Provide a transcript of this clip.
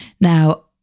Now